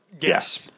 Yes